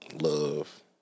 love